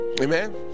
Amen